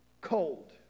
cold